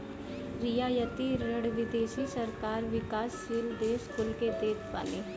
रियायती ऋण विदेशी सरकार विकासशील देस कुल के देत बानी